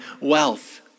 wealth